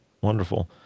Wonderful